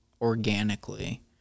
organically